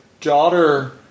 daughter